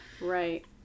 Right